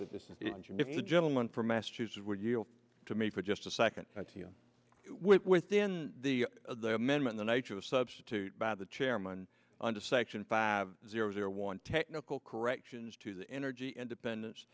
this gentleman from massachusetts would yield to me for just a second with within the amendment the nature of a substitute by the chairman under section five zero zero one technical corrections to the energy independence